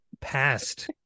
past